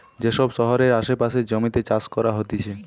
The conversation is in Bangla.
যে সব শহরের আসে পাশের জমিতে চাষ করা হতিছে